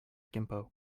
gimpo